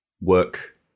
work